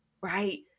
right